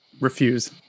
Refuse